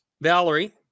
Valerie